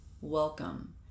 Welcome